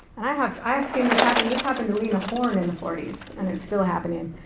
and i have i have seen this happen, this happened to lena horne in the forty s, and it's still happening.